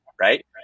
Right